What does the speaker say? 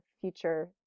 future